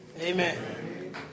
Amen